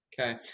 Okay